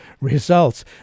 results